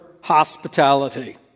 hospitality